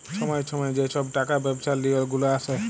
ছময়ে ছময়ে যে ছব টাকা ব্যবছার লিওল গুলা আসে